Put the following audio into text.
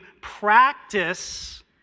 practice